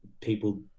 people